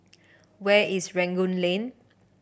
where is Rangoon Lane